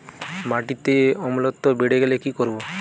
মাটিতে অম্লত্ব বেড়েগেলে কি করব?